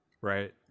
right